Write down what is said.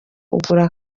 ugura